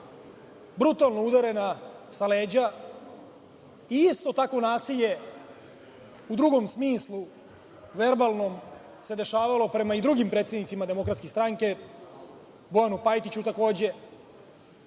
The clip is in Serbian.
brutalno udarena sa leđa i isto tako nasilje u drugom smislu verbalnom se dešavalo prema i drugim predsednicima DS, Bojanu Pajtiću takođe,